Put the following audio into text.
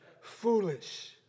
foolish